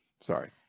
Sorry